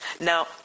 Now